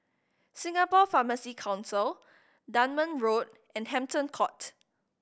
Singapore Pharmacy Council Dunman Road and Hampton Court